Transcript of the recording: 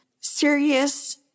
serious